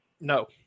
No